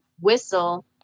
whistle